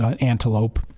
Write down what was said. antelope